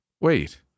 Wait